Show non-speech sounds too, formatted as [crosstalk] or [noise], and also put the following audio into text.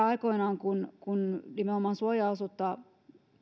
[unintelligible] aikoinaan että kun nimenomaan